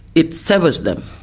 it severs them.